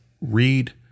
read